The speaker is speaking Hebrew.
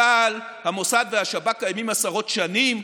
צה"ל, המוסד והשב"כ קיימים עשרות שנים.